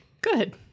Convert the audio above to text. Good